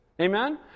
Amen